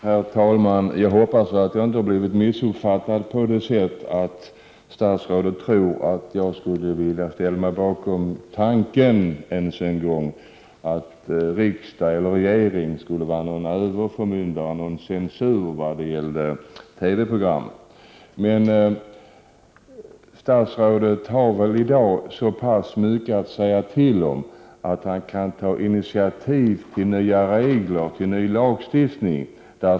Herr talman! Jag hoppas att jag inte har blivit missuppfattad så att statsrådet tror att jag skulle vilja ställa mig bakom ens tanken att riksdag eller regering skulle vara någon överförmyndare, någon censur när det gäller TV-program. Men statsrådet har väl i dag så pass mycket att säga till om att han kan ta initiativ till nya regler, till ny lagstiftning.